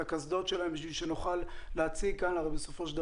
הקסדות שלהם כדי שנוכל להציג כאן את המיצג.